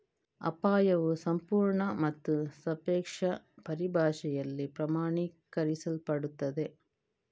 ಅಪಾಯವು ಸಂಪೂರ್ಣ ಮತ್ತು ಸಾಪೇಕ್ಷ ಪರಿಭಾಷೆಯಲ್ಲಿ ಪ್ರಮಾಣೀಕರಿಸಲ್ಪಡುತ್ತದೆ